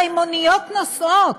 הרי מוניות נוסעות.